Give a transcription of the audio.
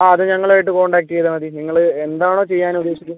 ആ അത് ഞങ്ങളായിട്ട് കോണ്ടാക്ട് ചെയ്താൽ മതി നിങ്ങൾ എന്താണോ ചെയ്യാൻ ഉദ്ദേശിക്കുന്നത്